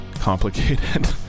complicated